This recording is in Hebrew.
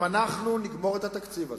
אם אנחנו נגמור את התקציב הזה,